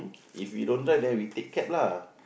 if we don't drive then we take cab lah